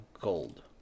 gold